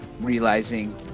realizing